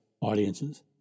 audiences